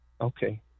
Okay